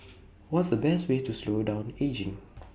what's the best way to slow down ageing